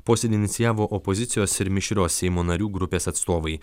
posėdį inicijavo opozicijos ir mišrios seimo narių grupės atstovai